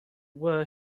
were